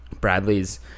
bradley's